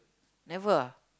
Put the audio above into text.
never ah